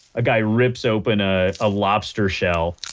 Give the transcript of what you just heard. a guy rips open ah a lobster shell